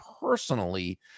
personally